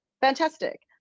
fantastic